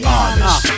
Honest